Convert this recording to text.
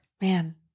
Man